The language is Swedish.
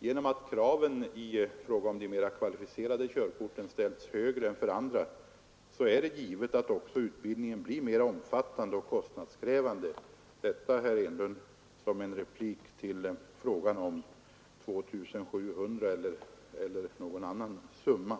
Genom att kraven i fråga om de mer kvalificerade körkorten ställts högre än för andra är det givet att utbildningen också blir mer omfattande och kostnadskrävande. Detta säger jag, herr Enlund, som en replik till frågan om kostnaden skulle bli 2 700 kronor eller något annat belopp.